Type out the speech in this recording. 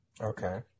Okay